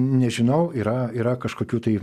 nežinau yra yra kažkokių tai